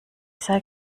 sei